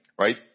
right